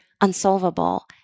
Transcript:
unsolvable